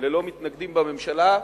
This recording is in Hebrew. ללא מתנגדים בממשלה,